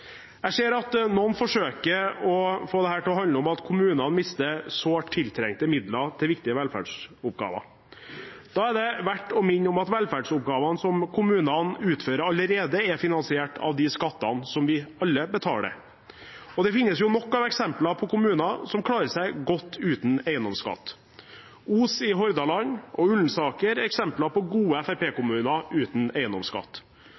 Jeg ser at noen forsøker å få dette til å handle om at kommuner mister sårt tiltrengte midler til viktige velferdsoppgaver. Da er det verdt å minne om at velferdsoppgavene som kommunene utfører, allerede er finansiert av de skattene som vi alle betaler. Det finnes nok av eksempler på kommuner som klarer seg godt uten eiendomsskatt. Os i Hordaland og Ullensaker er eksempler på gode FrP-kommuner uten eiendomsskatt.